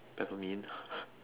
peppermint